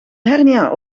hernia